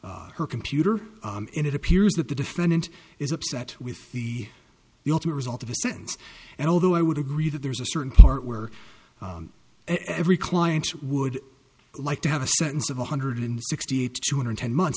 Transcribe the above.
on her computer and it appears that the defendant is upset with the the ultimate result of a sentence and although i would agree that there's a certain part where every client would like to have a sentence of one hundred sixty eight two hundred ten months